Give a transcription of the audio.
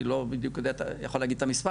אני לא בדיוק יכול להגיד את המספר,